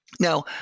Now